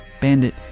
Bandit